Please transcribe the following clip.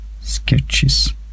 sketches